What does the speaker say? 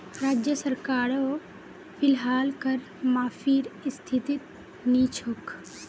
राज्य सरकारो फिलहाल कर माफीर स्थितित नी छोक